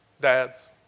dads